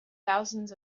thousands